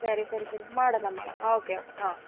ಸರಿ ಸರಿ ಸರಿ ಮಾಡೋಣ ಮಾಡೋಣ ಓಕೆ ಓಕೆ ಹಾಂ